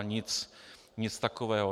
Nic, nic takového.